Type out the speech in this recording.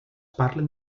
parlen